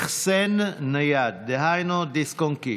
החסן נייד, דהיינו דיסק און-קי.